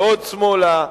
ועוד שמאלה,